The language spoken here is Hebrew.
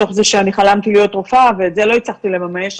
מתוך זה שחלמתי להיות רופאה ואת זה לא הצלחתי לממש,